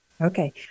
Okay